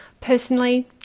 Personally